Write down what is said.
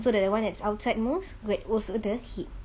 so the one's that outside most get also the heat